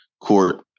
court